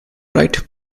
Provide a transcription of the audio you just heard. right